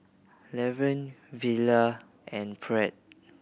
Lavern Villa and Pratt